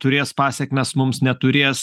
turės pasekmes mums neturės